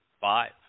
Five